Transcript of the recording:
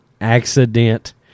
accident